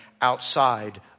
outside